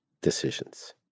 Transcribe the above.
decisions